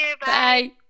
Bye